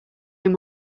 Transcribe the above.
near